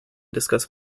discuss